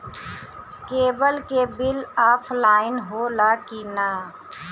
Cable के bill offline होला कि ना?